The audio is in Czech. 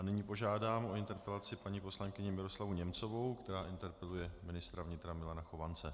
Nyní požádám o interpelaci paní poslankyni Miroslavu Němcovou, která interpeluje ministra vnitra Milana Chovance.